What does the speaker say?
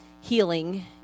healing